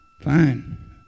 fine